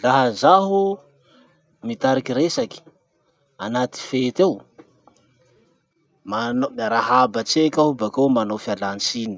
Laha zaho mitariky resaky anaty fety ao, manao- miarahaba tseky aho bakeo manao fialantsiny.